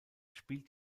spielt